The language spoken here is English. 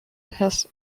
has